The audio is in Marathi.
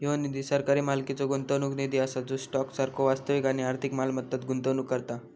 ह्यो निधी सरकारी मालकीचो गुंतवणूक निधी असा जो स्टॉक सारखो वास्तविक आणि आर्थिक मालमत्तांत गुंतवणूक करता